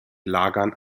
lagern